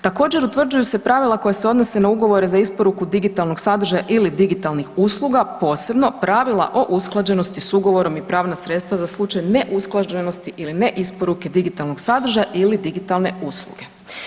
Također utvrđuju se pravila koja se odnose na isporuku digitalnog sadržaja ili digitalnih usluga posebno pravila o usklađenosti s ugovorom i pravna sredstva za slučaj ne usklađenosti ili ne isporuke digitalnog sadržaja ili digitalne usluge.